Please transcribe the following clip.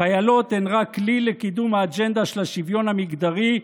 החיילות הן רק כלי לקידום האג'נדה של השוויון המגדרי,